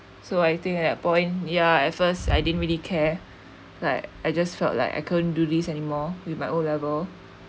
so I think at that point ya at first I didn't really care like I just felt like I couldn't do this anymore with my O level